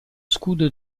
scudo